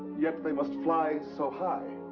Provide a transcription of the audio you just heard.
yet they must fly so high.